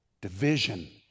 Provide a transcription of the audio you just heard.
Division